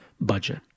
budget